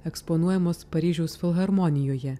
eksponuojamos paryžiaus filharmonijoje